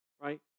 right